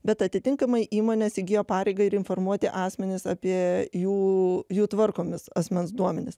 bet atitinkamai įmonės įgijo pareigą ir informuoti asmenis apie jų jų tvarkomus asmens duomenis